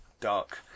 dark